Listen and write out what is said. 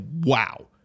wow